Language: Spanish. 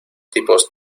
tipos